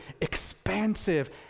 expansive